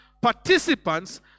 participants